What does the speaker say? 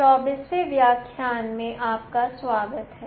24 व्याख्यान में आपका स्वागत है